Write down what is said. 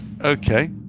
Okay